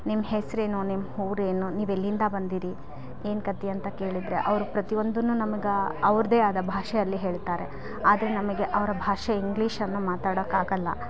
ನಿಮ್ಮ ಹೆಸ್ರು ಏನು ನಿಮ್ಮ ಊರ್ ಏನು ನೀವು ಎಲ್ಲಿಂದ ಬಂದೀರಿ ಏನು ಕತೆ ಅಂತ ಕೇಳಿದರೆ ಅವ್ರು ಪ್ರತಿಯೊಂದುನೂ ನಮ್ಗೆ ಅವ್ರದ್ದೇ ಆದ ಭಾಷೆಯಲ್ಲಿ ಹೇಳ್ತಾರೆ ಆದರೆ ನಮಗೆ ಅವ್ರ ಭಾಷೆ ಇಂಗ್ಲೀಷನ್ನು ಮಾತಾಡಕ್ಕೆ ಆಗೋಲ್ಲ